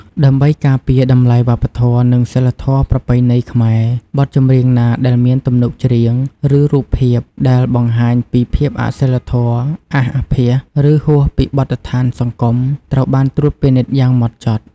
ដើម្បីការពារតម្លៃវប្បធម៌ និងសីលធម៌ប្រពៃណីខ្មែរ បទចម្រៀងណាដែលមាន ទំនុកច្រៀង ឬរូបភាពដែលបង្ហាញពីភាពអសីលធម៌ អាសអាភាស ឬហួសពីបទដ្ឋានសង្គម ត្រូវបានត្រួតពិនិត្យយ៉ាងម៉ត់ចត់។